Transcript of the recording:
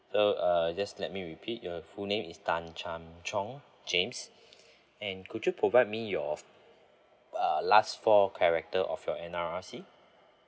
so uh just let me repeat your full name is tan cham chong james and could you provide me your uh last four character of your N_R_I_C